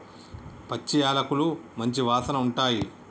పచ్చి యాలకులు మంచి వాసన ఉంటాయి